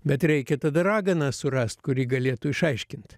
bet reikia tada raganą surast kuri galėtų išaiškint